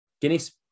Guinness